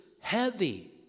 heavy